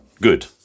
Good